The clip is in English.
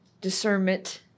discernment